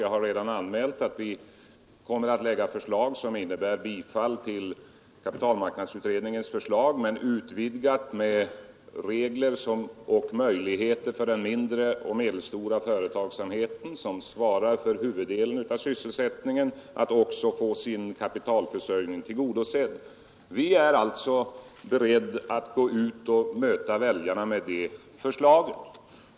Jag har redan anmält att vi kommer att framlägga ett förslag som innebär ett bifall till kapitalmarknadsutredningens förslag, utvidgat med regler som ger möjligheter även för den mindre och medelstora företagsamheten, som svarar för huvuddelen av sysselsättningen, att få sin kapitalförsörjning tillgodosedd. Vi är beredda att gå ut och möta väljarna med detta förslag.